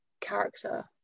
character